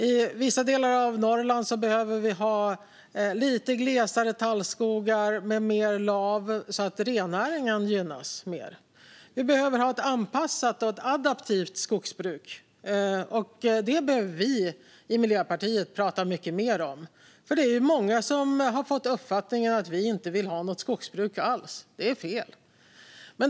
I vissa delar av Norrland behöver vi ha lite glesare tallskogar med mer lav, så att rennäringen gynnas mer. Vi behöver ha ett anpassat och ett adaptivt skogsbruk. Det behöver vi i Miljöpartiet prata mycket mer om eftersom det är många som har fått uppfattningen att vi inte vill ha något skogsbruk alls. Det är fel.